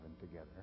together